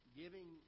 giving